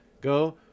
Go